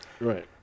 right